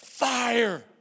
fire